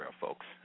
folks